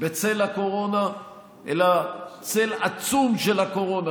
בצל הקורונה אלא צל עצום של הקורונה,